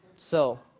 so